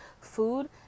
food